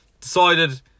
decided